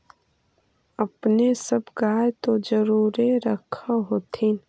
अपने सब गाय तो जरुरे रख होत्थिन?